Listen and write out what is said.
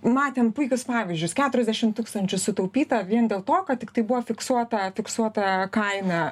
matėm puikius pavyzdžius keturiasdešim tūkstančių sutaupyta vien dėl to kad tiktai buvo fiksuota fiksuota kaina